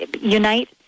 unite